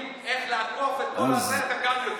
ואת כל הכלים איך לעקוף את כל זה אתם גם יודעים.